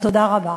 תודה רבה.